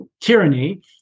tyranny